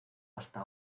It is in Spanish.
hasta